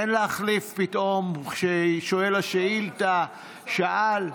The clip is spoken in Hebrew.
אין להחליף פתאום כששואל השאילתה שאל.